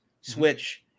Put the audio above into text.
Switch